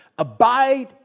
Abide